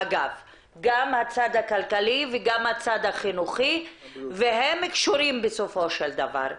גם הצד הכלכלי וגם הצד החינוכי, בסופו של דבר.